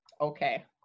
okay